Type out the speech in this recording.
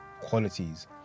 qualities